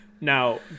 Now